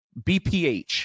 BPH